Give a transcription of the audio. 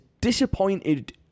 disappointed